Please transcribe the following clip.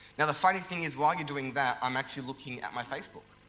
now, the funny thing is while you're doing that i'm actually looking at my facebook.